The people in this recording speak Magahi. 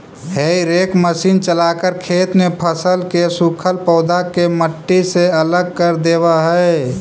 हेई रेक मशीन चलाकर खेत में फसल के सूखल पौधा के मट्टी से अलग कर देवऽ हई